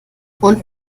unten